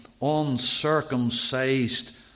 uncircumcised